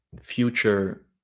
future